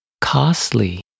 costly